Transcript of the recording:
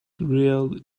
the